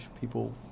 people